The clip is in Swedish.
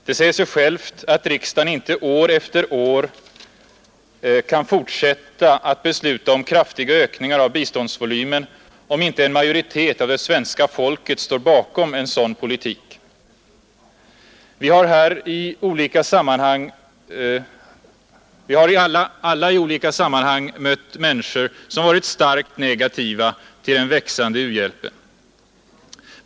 Det säger sig självt att riksdagen inte år efter år kan fortsätta att besluta om kraftiga ökningar av biståndsvolymen om inte en majoritet av det svenska folket står bakom en sådan politik. Vi har väl alla i olika sammanhang mött människor som varit starkt negativa till den växande u-hjälpen.